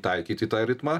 taikyt į tą ritmą